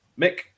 Mick